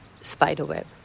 spiderweb